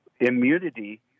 immunity